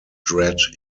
dredd